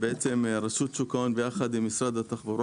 שרשות שוק ההון ביחד עם משרד התחבורה